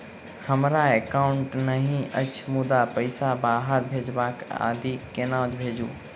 हमरा एकाउन्ट नहि अछि मुदा पैसा बाहर भेजबाक आदि केना भेजू?